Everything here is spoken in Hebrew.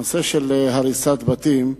הנושא של הריסת בתים,